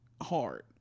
Hard